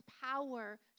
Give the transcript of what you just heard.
power